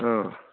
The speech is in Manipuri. ꯑꯥ